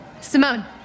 Simone